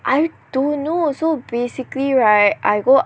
I don't know so basically right I go